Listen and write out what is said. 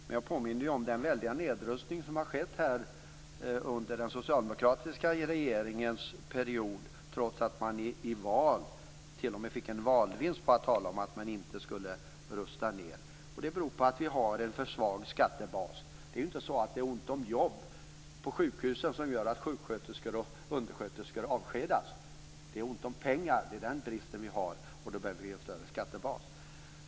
Jag vill då påminna om den väldiga nedrustning som har skett under den socialdemokratiska regeringens period, trots att man t.o.m. fick en valvinst genom att tala om att man inte skulle rusta ned. Nedrustningen beror på att vi har en för svag skattebas. Det är ju inte att det är ont om jobb på sjukhusen som gör att sjuksköterskor och undersköterskor avskedas. Vi har ont om pengar, och därför behöver vi en större skattebas.